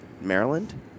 Maryland